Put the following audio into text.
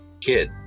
kid